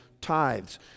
tithes